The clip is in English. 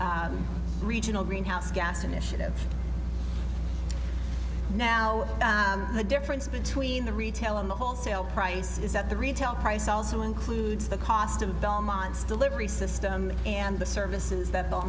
regional greenhouse gas initiative now the difference between the retail and the wholesale price is that the retail price also includes the cost of belmont's delivery system and the services that